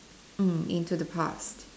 um into the past